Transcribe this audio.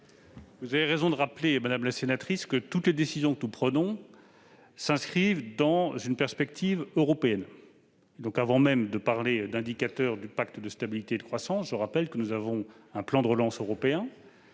Vous avez raison, madame la sénatrice, toutes les décisions que nous prenons s'inscrivent dans une perspective européenne. Avant même de parler d'indicateurs du pacte de stabilité et de croissance, je rappelle qu'il existe un plan de relance européen,